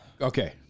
Okay